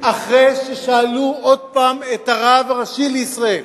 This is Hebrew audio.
אחרי ששאלו עוד פעם את הרב הראשי לישראל,